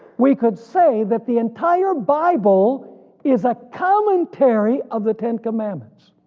we could say that the entire bible is a commentary of the ten commandments,